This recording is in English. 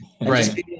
Right